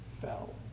fell